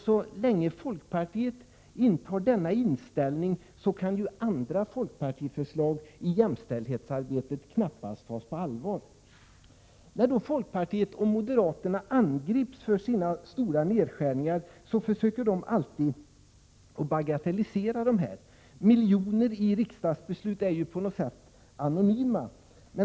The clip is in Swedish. Så länge folkpartiet har denna inställning, kan andra förslag från folkpartiet när det gäller jämställdhetsarbetet knappast tas på allvar. När folkpartister och moderater angrips för sina stora nedskärningar försöker de alltid bagatellisera det här. Miljoner i ett riksdagsbeslut är ju på något sätt anonyma.